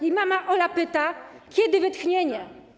Jej mama Ola pyta: Kiedy wytchnienie?